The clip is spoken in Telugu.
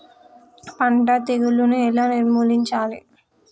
పంట తెగులుని ఎలా నిర్మూలించాలి?